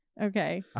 Okay